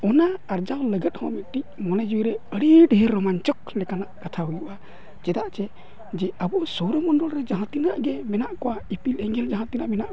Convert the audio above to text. ᱚᱱᱟ ᱟᱨᱡᱟᱣ ᱞᱟᱜᱟᱛ ᱦᱚᱸ ᱢᱤᱫᱴᱤᱡ ᱢᱚᱱᱮ ᱡᱤᱣᱤ ᱨᱮ ᱟᱹᱰᱤ ᱰᱷᱮᱹᱨ ᱨᱳᱢᱟᱧᱪᱚᱠ ᱞᱮᱠᱟᱱᱟᱜ ᱠᱟᱛᱷᱟ ᱦᱩᱭᱩᱜᱼᱟ ᱪᱮᱫᱟᱜ ᱡᱮ ᱡᱮ ᱟᱵᱚ ᱥᱳᱣᱨᱚ ᱢᱚᱱᱰᱚᱞ ᱨᱮ ᱡᱟᱦᱟᱸ ᱛᱤᱱᱟᱹᱜ ᱜᱮ ᱢᱮᱱᱟᱜ ᱠᱚᱣᱟ ᱤᱯᱤᱞ ᱮᱸᱜᱮᱞ ᱡᱟᱦᱸ ᱛᱤᱱᱟᱹᱜ ᱢᱮᱱᱟᱜ ᱠᱚᱣᱟ